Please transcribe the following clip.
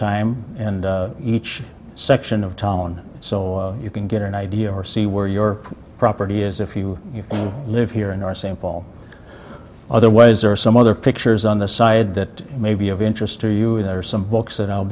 time and each section of town so you can get an idea or see where your property is if you live here in our sample otherwise or some other pictures on the side that may be of interest to you there are some books that i'll